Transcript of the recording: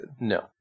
no